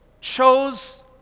chose